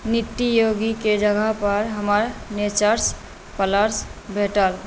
Nutty Yogi के जगह पर हमरा नेचर्स प्लस भेटल